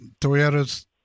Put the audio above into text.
Toyotas